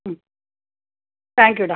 ம் தேங்க்யூடா